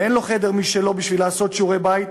ואין לו חדר משלו בשביל לעשות שיעורי בית,